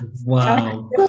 wow